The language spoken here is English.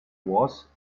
was